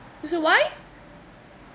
I say why